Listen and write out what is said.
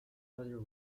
other